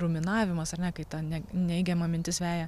ruminavimas ar ne kai ta ne neigiama mintis veja